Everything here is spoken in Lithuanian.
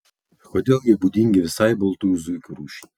kodėl jie būdingi visai baltųjų zuikių rūšiai